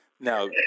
Now